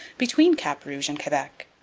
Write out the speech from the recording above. between cap rouge and quebec.